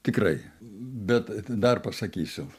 tikrai bet dar pasakysiu